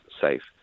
safe